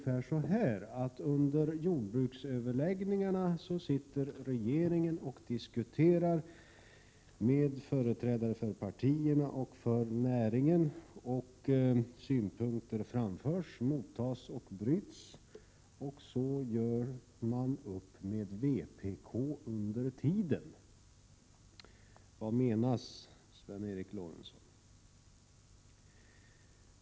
Han sade nämligen ungefär: Under jordbruksöverläggningarna sitter regeringen och diskuterar med företrädare för partierna och för näringen, synpunkter framförs, mottas och bryts, och så gör man upp med vpk under tiden. Vad menas, Sven Eric Lorentzon?